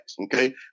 okay